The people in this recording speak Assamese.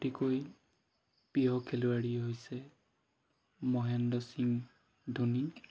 অতিকৈ প্ৰিয় খেলুৱৈ হৈছে মহেন্দ্ৰ সিং ধোনী